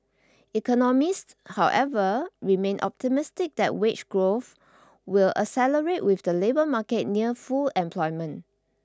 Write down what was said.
economists however remain optimistic that wage growth will accelerate with the labour market near full employment